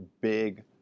big